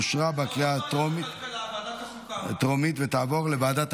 לוועדה שתקבע ועדת